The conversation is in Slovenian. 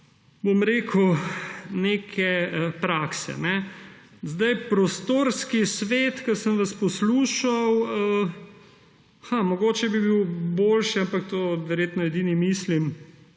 bom rekel, neke prakse. Prostorski svet. Ko sem vas poslušal – hm, mogoče bi bil boljši, ampak verjetno edini tako mislim,